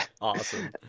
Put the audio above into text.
awesome